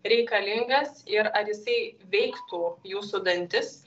reikalingas ir ar jisai veiktų jūsų dantis